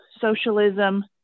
socialism